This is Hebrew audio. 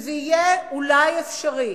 שזה יהיה אולי אפשרי,